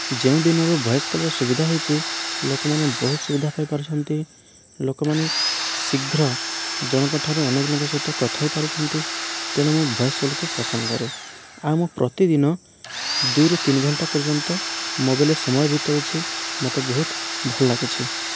ଯେଉଁ ଦିନରୁ ଭଏସ କଲ୍ର ସୁବିଧା ହୋଇଛି ଲୋକମାନେ ବହୁତ ସୁବିଧା ପାଇ ପାରୁଛନ୍ତି ଲୋକମାନେ ଶୀଘ୍ର ଜଣଙ୍କ ଠାରୁ ଅନ୍ୟ ଜଣଙ୍କ ସହିତ କଥା ହୋଇପାରୁଛନ୍ତି ତେଣୁ ମୁଁ ଭଏସ କଲ୍କୁ ପସନ୍ଦ କରେ ଆଉ ମୁଁ ପ୍ରତିଦିନ ଦୁଇରୁ ତିନି ଘଣ୍ଟା ପର୍ଯ୍ୟନ୍ତ ମୋବାଇଲରେ ସମୟ ବିତାଉଛି ମୋତେ ବହୁତ ଭଲ ଲାଗୁଛି